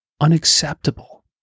unacceptable